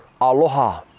aloha